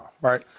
right